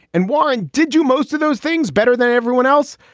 and warren did do most of those things better than everyone else.